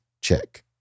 Check